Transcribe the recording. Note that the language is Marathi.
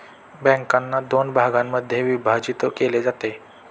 बँकांना दोन भागांमध्ये विभाजित केले जाते